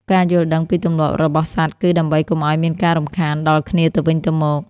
ការយល់ដឹងពីទម្លាប់របស់សត្វ គឺដើម្បីកុំឱ្យមានការរំខានដល់គ្នាទៅវិញទៅមក។